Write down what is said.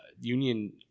union